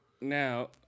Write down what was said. Now